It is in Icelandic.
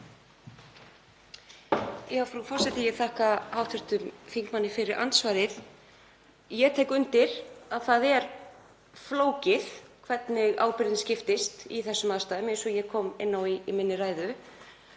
Frú forseti. Ég þakka hv. þingmanni fyrir andsvarið. Ég tek undir að það er flókið hvernig ábyrgðin skiptist í þessum aðstæðum eins og ég kom inn á í minni ræðu.